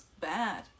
bad